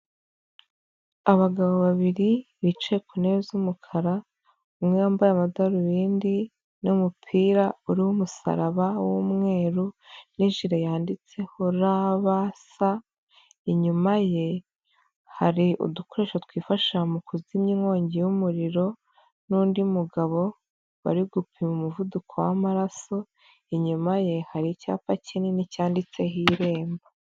Abagabo babiri bicaye ku ntebe z'umukara, umwe yambaye amadarubindi n'umupira uriho umusaraba w'umweru, n'ijiri yanditse ho RBC, inyuma ye hari udukoresho twifashishwa mu kuzimya inkongi y'umuriro, n'undi mugabo bari gupima umuvuduko wamaraso, inyuma ye hari icyapa kinini cyanditseho irembo.